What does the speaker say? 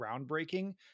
groundbreaking